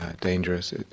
dangerous